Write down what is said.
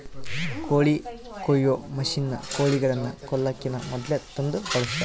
ಕೋಳಿ ಕೊಯ್ಯೊ ಮಷಿನ್ನ ಕೋಳಿಗಳನ್ನ ಕೊಲ್ಲಕಿನ ಮೊದ್ಲೇ ತಂದು ಬಳಸ್ತಾರ